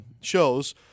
shows